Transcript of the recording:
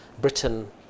britain